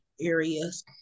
areas